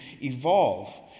evolve